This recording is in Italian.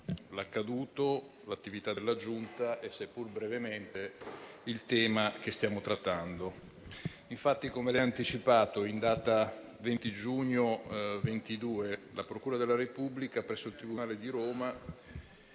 l'accaduto, l'attività della Giunta e, seppur brevemente, il tema che stiamo trattando. Come lei ha anticipato, in data 20 giugno 2022, la procura della Repubblica presso il tribunale di Roma,